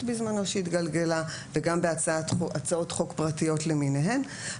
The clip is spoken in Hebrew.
בזמנו שהתגלגלה וגם בהצעות חוק פרטיות למיניהם.